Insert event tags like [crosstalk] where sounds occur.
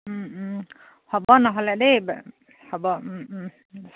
হ'ব নহ'লে দেই [unintelligible] হ'ব